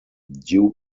due